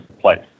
place